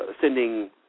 sending